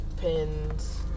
Pins